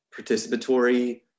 participatory